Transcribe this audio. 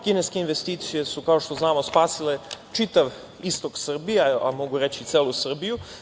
Kineske investicije su, kao što znamo, spasile čitav istok Srbije, a mogu reći i celu Srbiju.